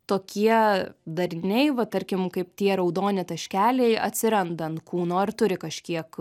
tokie dariniai va tarkim kaip tie raudoni taškeliai atsiranda ant kūno ar turi kažkiek